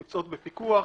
נמצאות בפיקוח.